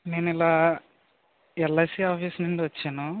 నేను ఇలా LIC office నుంచి వచ్చాను